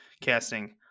casting